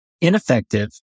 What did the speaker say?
ineffective